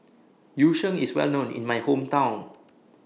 Yu Sheng IS Well known in My Hometown